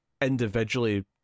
individually